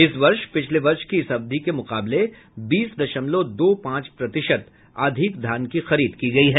इस वर्ष पिछले वर्ष की इस अवधि के मुकाबले बीस दशमलव दो पांच प्रतिशत अधिक धान की खरीद की गई है